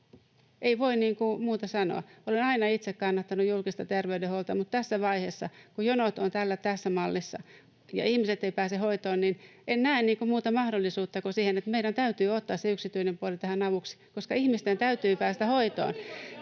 ei voi muuta sanoa. Olen aina itse kannattanut julkista terveydenhuoltoa, mutta tässä vaiheessa, kun jonot ovat tässä mallissa ja ihmiset eivät pääse hoitoon, en näe muuta mahdollisuutta kuin sen, että meidän täytyy ottaa se yksityinen puoli tähän avuksi, koska ihmisten täytyy päästä hoitoon.